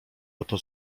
oto